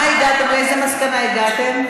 לאיזו מסקנה הגעתם?